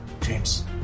James